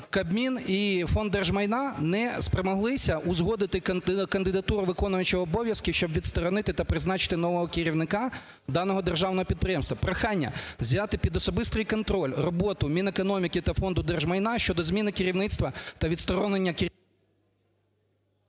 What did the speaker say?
Кабмін і Фонд держмайна не спромоглися узгодити кандидатуру виконуючого обов'язки, щоб відсторонити та призначити нового керівника даного державного підприємства. Прохання взяти під особистий контроль роботу Мінекономіки та Фонду держмайна щодо зміни керівництва та відсторонення…